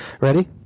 Ready